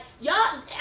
y'all